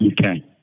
Okay